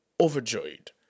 overjoyed